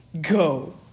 go